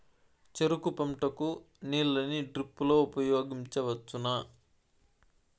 చెరుకు పంట కు నీళ్ళని డ్రిప్ లో ఉపయోగించువచ్చునా?